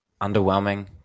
underwhelming